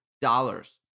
dollars